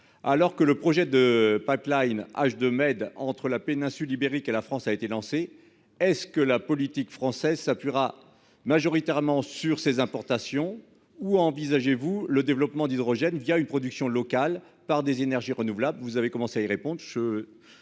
Alors que le projet de pipeline H2Med entre la péninsule ibérique et la France a été lancé, la politique française s'appuiera-t-elle majoritairement sur ces importations ? Envisagez-vous le développement de l'hydrogène une production locale avec des énergies renouvelables ? Vous avez donné quelques